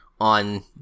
on